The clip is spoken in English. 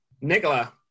nikola